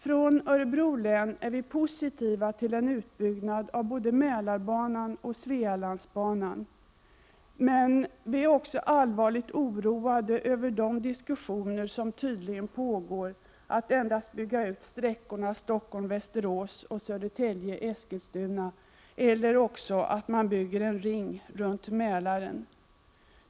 Från Örebro län är vi positiva till en utbyggnad av både Mälarbanan och Svealandsbanan, men vi är också allvarligt oroade över de diskussioner som tydligen pågår att endast bygga ut sträckorna Stockholm — Västerås och Södertälje— Eskilstuna, eller också att bygga en ring runt Mälaren.